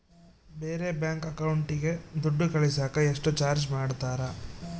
ಬೇರೆ ಬ್ಯಾಂಕ್ ಅಕೌಂಟಿಗೆ ದುಡ್ಡು ಕಳಸಾಕ ಎಷ್ಟು ಚಾರ್ಜ್ ಮಾಡತಾರ?